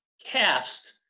cast